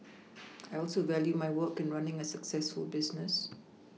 I also value my work and running a successful business